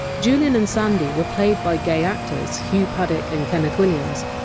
julian and sandy were played by gay actors, hugh paddick and kenneth williams,